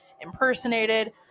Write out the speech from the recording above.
impersonated